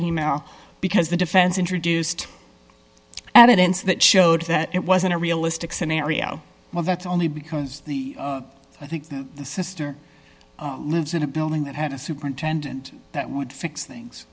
e mail because the defense introduced and it ends that showed that it wasn't a realistic scenario well that's only because the i think the sister lives in a building that had a superintendent that would fix things